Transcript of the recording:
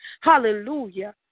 hallelujah